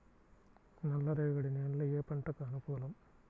నల్ల రేగడి నేలలు ఏ పంటకు అనుకూలం?